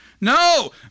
No